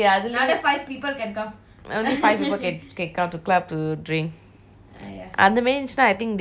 only five people can can come to club to drink அந்த மாதிரி இருந்துச்சினா:anthe mathiri irunthuchina I think they will be expensive lah